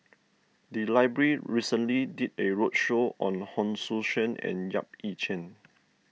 the library recently did a roadshow on Hon Sui Sen and Yap Ee Chian